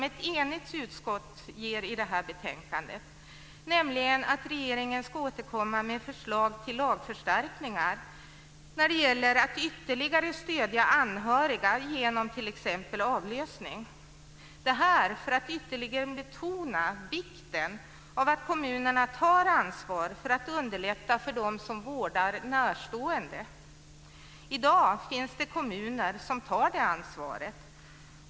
Ett enigt utskott ber i det här betänkandet om ett tillkännagivande till regeringen om att återkomma med förslag till lagförstärkningar när det gäller att ytterligare stödja anhöriga genom t.ex. avlösning. Utskottet vill ytterligare betona vikten av att kommunerna tar ansvar för att underlätta för dem som vårdar närstående. I dag finns det kommuner som tar det ansvaret.